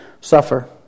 suffer